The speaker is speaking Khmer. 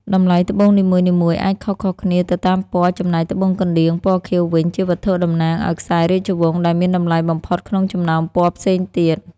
តម្លៃត្បូងនីមួយៗអាចខុសៗគ្នាទៅតាមពណ៌ ចំណែកត្បូងកណ្តៀងពណ៌ខៀវវិញ ជាវត្ថុតំណាងឱ្យខ្សែរាជរង្ស ដែលមានតម្លៃបំផុតក្នុងចំណោមពណ៌ផ្សេងទៀត។